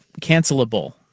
cancelable